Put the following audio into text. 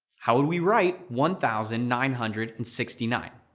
how would we write one thousand, nine hundred and sixty nine?